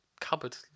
cupboard